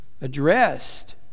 addressed